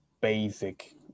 basic